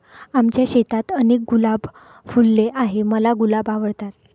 आमच्या शेतात अनेक गुलाब फुलले आहे, मला गुलाब आवडतात